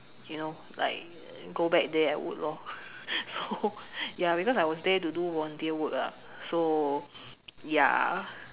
you know like go back there I would lor so ya I was there to do volunteer work lah so ya